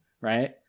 right